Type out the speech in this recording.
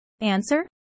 Answer